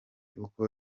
uko